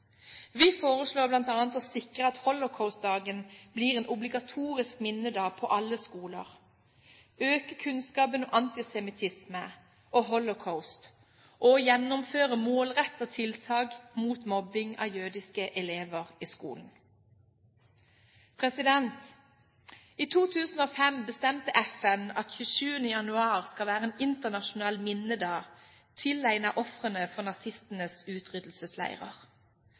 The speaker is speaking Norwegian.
Vi foreslår bl.a. å sikre at holocaustdagen blir en obligatorisk minnedag på alle skoler, øke kunnskapen om antisemittisme og holocaust og å gjennomføre målrettede tiltak mot mobbing av jødiske elever i skolen. I 2005 bestemte FN at 27. januar skal være en internasjonal minnedag tilegnet ofrene for nazistenes utryddelsesleirer.